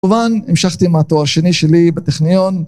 כמובן המשכתי עם התואר שני שלי בטכניון